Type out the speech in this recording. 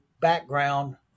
background